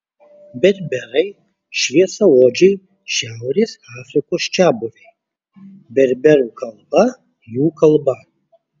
berberai šviesiaodžiai šiaurės afrikos čiabuviai berberų kalba jų kalba